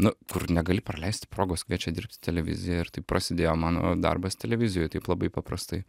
nu kur negali praleisti progos kviečia dirbt į televiziją ir taip prasidėjo mano darbas televizijoj taip labai paprastai